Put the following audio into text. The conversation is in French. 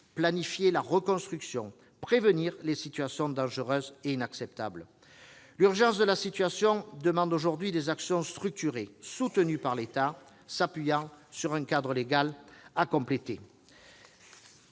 planifier la reconstruction et prévenir les situations dangereuses et inacceptables. L'urgence de la situation demande des actions structurées, soutenues par l'État, s'appuyant sur un cadre légal à compléter.